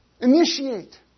Initiate